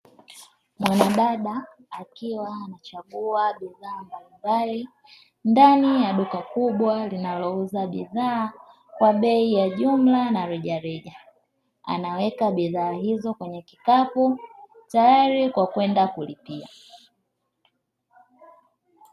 Mwanadada akiwa anachagua bidhaa mbalimbali ndani ya duka kubwa linalouza bidhaa kwa bei ya jumla na rejareja, anaweka bidhaa hizo kwenye kikapu tayari kwa kwenda kulipia.